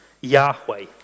Yahweh